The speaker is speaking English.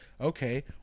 Okay